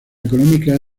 económica